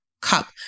cup